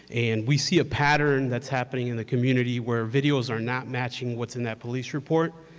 and we see a pattern that's happening in the community where videos are not matching what's in that police report.